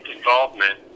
involvement